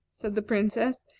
said the princess,